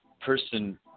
person